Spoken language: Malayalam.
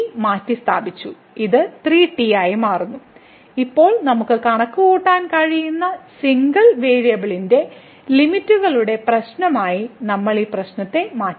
ഇത് 3t ആയി മാറുന്നു ഇപ്പോൾ നമുക്ക് കണക്കുകൂട്ടാൻ കഴിയുന്ന സിംഗിൾ വേരിയബിളിന്റെ ലിമിറ്റ്കളുടെ പ്രശ്നമായി നമ്മൾ പ്രശ്നം മാറ്റി